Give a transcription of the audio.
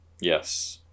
Yes